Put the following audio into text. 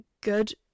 good